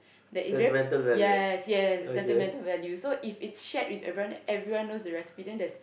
that is very yes yes sentimental values so if it's shared with everyone everyone knows the recipe then there's